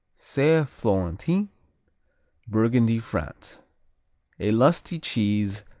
saint-florentin burgundy, france a lusty cheese,